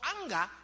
anger